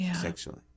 sexually